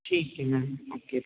ठीक है ma'am okay